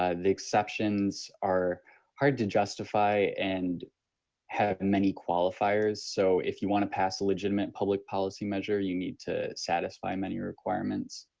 um the exceptions are hard to justify and have and many qualifiers. so if you want to pass a legitimate public policy measure, you need to satisfy many requirements.